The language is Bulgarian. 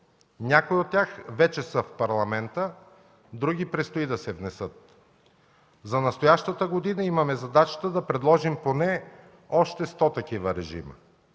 някои от тях вече са в Парламента, а други предстои да се внесат. За настоящата година имаме задачата да предложим поне още 100 такива режима.